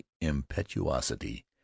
impetuosity